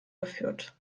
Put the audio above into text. geführt